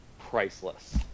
Priceless